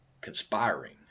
conspiring